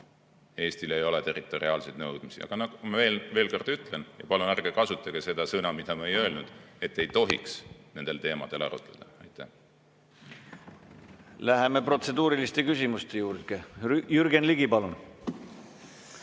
Eestil ei ole territoriaalseid nõudmisi. Aga ma veel kord ütlen ... Ja palun ärge kasutage seda sõna, mida ma ei öelnud, et ei tohiks nendel teemadel arutleda. Läheme protseduuriliste küsimuste juurde. Jürgen Ligi, palun!